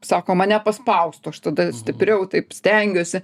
sako mane paspaustų aš tada stipriau taip stengiuosi